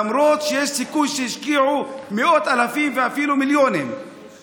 למרות שיש סיכוי שהשקיעו מאות אלפים ואפילו מיליונים.